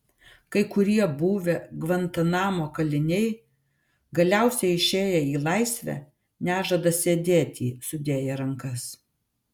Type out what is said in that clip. kai kurie buvę gvantanamo kaliniai galiausiai išėję į laisvę nežada sėdėti sudėję rankas